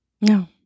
No